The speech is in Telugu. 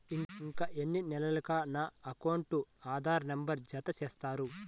ఇంకా ఎన్ని నెలలక నా అకౌంట్కు ఆధార్ నంబర్ను జత చేస్తారు?